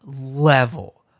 level